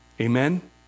Amen